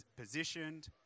positioned